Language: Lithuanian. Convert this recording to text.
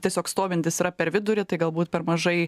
tiesiog stovintys yra per vidurį tai galbūt per mažai